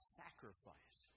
sacrifice